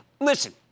Listen